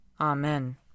Amen